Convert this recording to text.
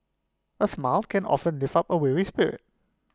A smile can often lift up A weary spirit